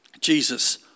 Jesus